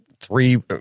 three